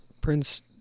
Prince